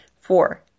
Four